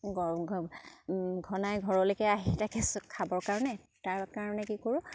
ঘনাই ঘৰলৈকে আহি খাবৰ কাৰণে তাৰ কাৰণে কি কৰোঁ